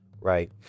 right